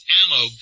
ammo